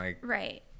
Right